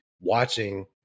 watching